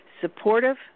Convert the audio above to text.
Supportive